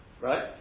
right